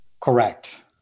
Correct